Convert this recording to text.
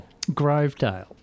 Grovedale